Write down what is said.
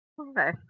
Okay